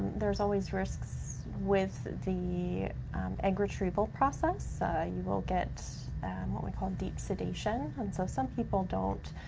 there's always risks with the egg retrieval process. you will get and what we call deep sedation, and so some people don't